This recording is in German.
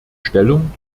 stellung